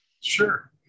sure